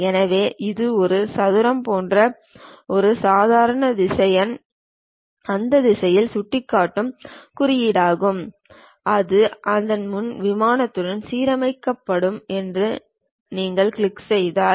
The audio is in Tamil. எனவே இது ஒரு சதுரம் போன்ற ஒரு சாதாரண திசையன் அந்த திசையில் சுட்டிக்காட்டும் குறியீடாகும் அது அந்த முன் விமானத்துடன் சீரமைக்கப்படும் என்று நீங்கள் கிளிக் செய்தால்